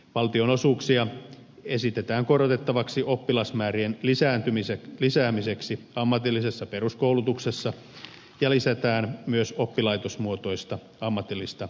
valtionosuuksia esitetään korotettavaksi oppilasmäärien lisäämiseksi ammatillisessa peruskoulutuksessa ja lisätään myös oppilaitosmuotoista ammatillista lisäkoulutusta